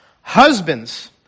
Husbands